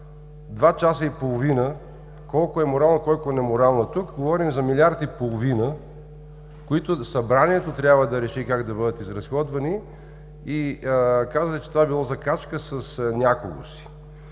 два часа и половина, колко е морално, колко е неморално. Тук говорим за милиард и половина, които Събранието трябва да реши как да бъдат изразходвани и казвате, че това било закачка с някого си.